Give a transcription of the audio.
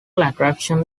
attraction